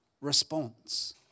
response